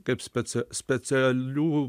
kaip specia specialių